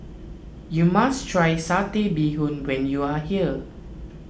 you must try Satay Bee Hoon when you are here